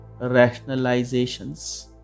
rationalizations